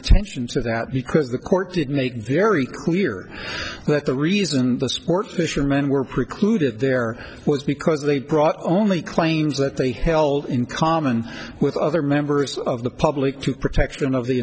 attention to that because the court did make very clear that the reason the sport fishermen were precluded there was because they brought only claims that they held in common with other members of the public to protection of the